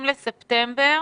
ב-30 בספטמבר